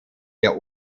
der